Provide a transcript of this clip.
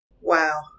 Wow